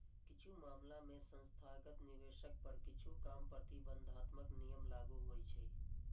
किछु मामला मे संस्थागत निवेशक पर किछु कम प्रतिबंधात्मक नियम लागू होइ छै